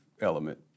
element